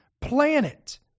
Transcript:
planet